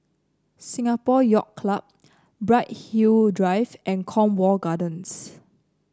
Singapore Yacht Club Bright Hill Drive and Cornwall Gardens